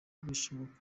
ibyishimo